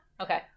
Okay